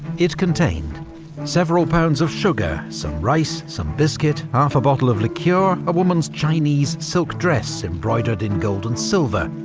it contained several pounds of sugar, some rice, some biscuit, half a bottle of liqueur, a woman's chinese silk dress embroidered in gold and silver,